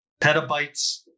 petabytes